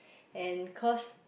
and cause